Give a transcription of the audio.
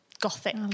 gothic